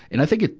and i think it,